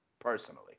personally